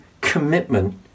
commitment